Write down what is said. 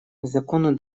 законы